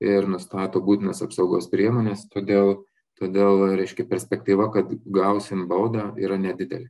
ir nustato būtinas apsaugos priemones todėl todėl reiškia perspektyva kad gausim baudą yra nedidelė